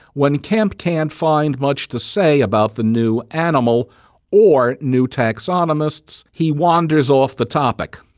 when kemp can't find much to say about the new animal or new taxonomists, he wanders off the topic.